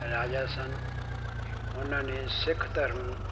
ਰਾਜਾ ਸਨ ਉਹਨਾਂ ਨੇ ਸਿੱਖ ਧਰਮ